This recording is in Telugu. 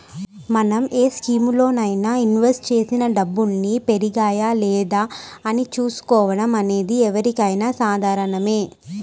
మనం ఏ స్కీములోనైనా ఇన్వెస్ట్ చేసిన డబ్బుల్ని పెరిగాయా లేదా అని చూసుకోవడం అనేది ఎవరికైనా సాధారణమే